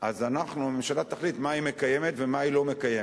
אז הממשלה תחליט מה היא מקיימת ומה היא לא מקיימת.